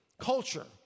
culture